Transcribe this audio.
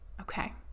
okay